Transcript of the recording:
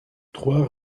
trois